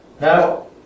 Now